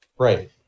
right